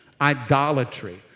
idolatry